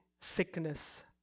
sickness